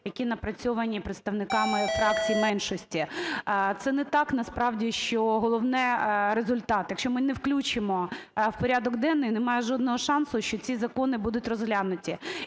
які напрацьовані представниками фракцій меншості. Це не так, насправді, що головне – результат. Якщо ми не включимо в порядок денний, немає жодного шансу, що ці закони будуть розглянуті.